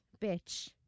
Bitch